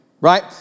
right